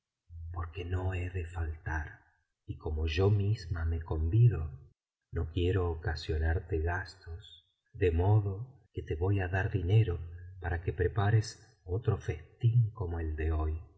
porque no he de faltar y como yo misma me convido no quiero ocasionarte gastos de modo que te voy á dar dinero para que prepares otro festín como el de hoy y